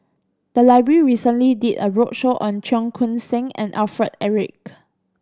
the library recently did a roadshow on Cheong Koon Seng and Alfred Eric